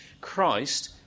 Christ